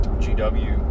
gw